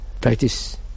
practice